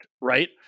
right